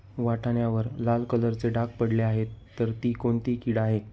वाटाण्यावर लाल कलरचे डाग पडले आहे तर ती कोणती कीड आहे?